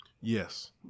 Yes